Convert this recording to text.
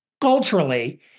culturally